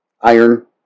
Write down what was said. Iron